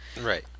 Right